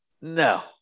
No